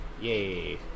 Yay